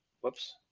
whoops